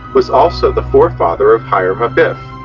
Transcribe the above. was also the forefather of hiram abiff.